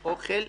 אוכל,